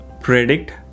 predict